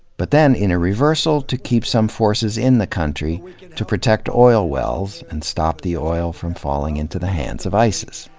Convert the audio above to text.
but then, in a reversal, to keep some forces in the country to protect oil wells and stop the oil from falling into the hands of isis.